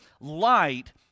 light